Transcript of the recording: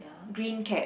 green cap